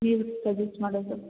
ನೀವು ಸಜೆಸ್ಟ್ ಮಾಡೋದು